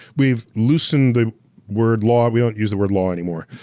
we've loosened the word law, we don't used the word law anymore.